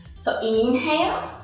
so inhale,